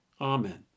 Amen